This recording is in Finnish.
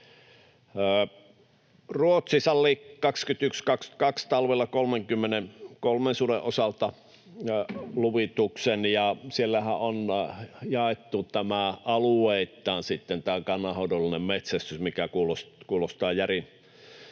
Ruotsi salli talvella 21—22 luvituksen 33 suden osalta, ja siellähän on jaettu alueittain tämä kannanhoidollinen metsästys, mikä kuulostaa järin